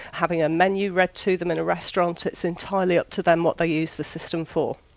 having a menu read to them in a restaurant it's entirely up to them what they use the system for.